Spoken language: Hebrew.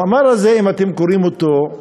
המאמר הזה, אם אתם קוראים אותו,